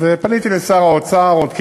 אז פניתי לשר האוצר עוד,